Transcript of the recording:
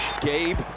gabe